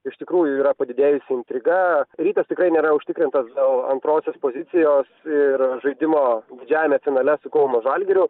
iš tikrųjų yra padidėjusi intriga rytas tikrai nėra užtikrintas dėl antrosios pozicijos ir žaidimo didžiajame finale su kauno žalgiriu